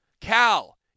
Cal